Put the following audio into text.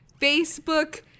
Facebook